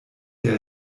der